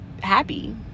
happy